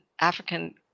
African